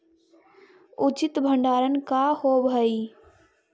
उचित भंडारण का होव हइ?